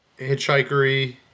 hitchhikery